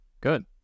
Good